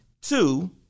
Two